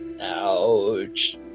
Ouch